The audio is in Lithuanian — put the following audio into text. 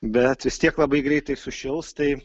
bet vis tiek labai greitai sušils tai